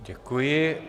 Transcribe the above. Děkuji.